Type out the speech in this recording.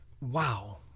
Wow